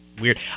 weird